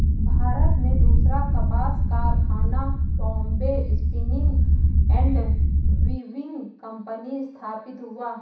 भारत में दूसरा कपास कारखाना Bombay spinning and weaving company स्थापित हुआ